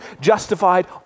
justified